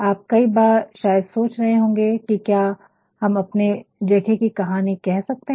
आप कई बार शायद सोच रहे होंगे कि क्या हम अपने जगह की कहानी कह सकते हैं